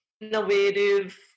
innovative